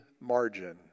margin